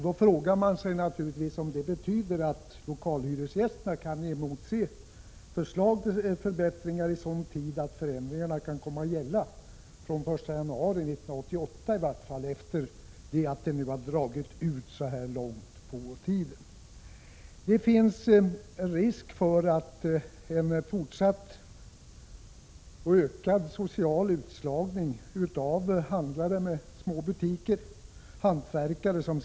Då frågar man sig naturligtvis om det betyder att lokalhyresgästerna kan emotse förslag till förbättringar i sådan tid att förändringarna kan komma att gälla från den 1 januari 1988, sedan det dragit ut på tiden så här långt. Det finns risk för en fortsatt och ökad social utslagning av handlare med små butiker och hantverkare —t.ex.